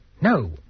No